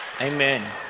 amen